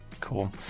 Cool